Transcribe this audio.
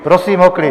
Prosím o klid!